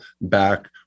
back